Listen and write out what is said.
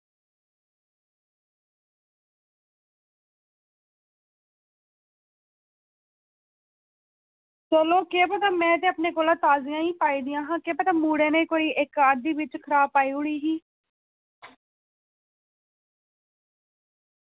चलो केह् करना में ते अपने कोला ताज़ियां हियां पाई दियां केह् पता मुड़े नै कोई इक्क अद्धी बिच खराब पाई ओड़ी